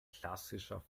klassischer